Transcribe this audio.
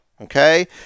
okay